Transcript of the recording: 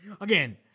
Again